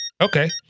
Okay